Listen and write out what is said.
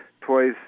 toys